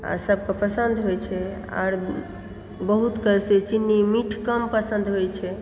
आ सबके पसन्द होइ छै आर बहुत के से चीनी मीठ कम पसन्द होइ छै